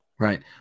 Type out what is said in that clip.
right